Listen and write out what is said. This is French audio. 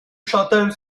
châtel